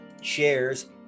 shares